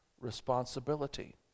responsibility